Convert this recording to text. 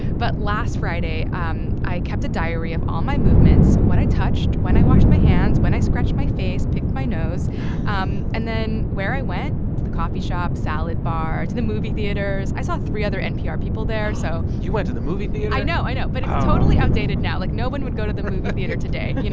but last friday, um i kept a diary of all my movements what i touched, when i washed my hands, when i scratched my face, picked my nose um and then where i went the coffee shop, salad bar, to the movie theater. i saw three other npr people there, so you went to the movie theater? i know. i know. but it's totally outdated now. like, no one would go to the movie theater today. you know